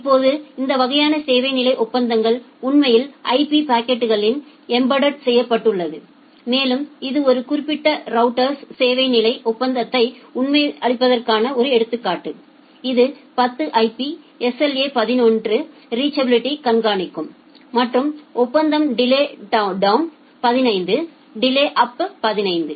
இப்போது இந்த வகையான சேவை நிலை ஒப்பந்தங்கள் உண்மையில் IP பாக்கெட்களில் எம்பெட்ட்டேட் செய்யப்பட்டுள்ளது மேலும் இது ஒரு குறிப்பிட்ட ரவுட்டர்யில் சேவை நிலை ஒப்பந்தத்தை உள்ளமைப்பதற்கான ஒரு எடுத்துக்காட்டு இது 10 IP SLA 11 ரீச்சபிலிட்டியை கண்காணிக்கும் மற்றும் ஒப்பந்தம் டிலே டோவ்ன் 15 டிலே அப் 15